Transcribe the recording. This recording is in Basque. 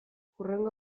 hurrengo